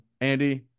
Andy